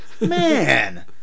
Man